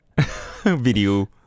Video